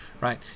right